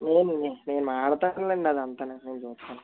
ఏమి నేను మాట్లాడుతాను అండి అదంతా